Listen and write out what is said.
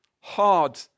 hard